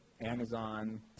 Amazon